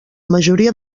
majoria